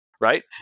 right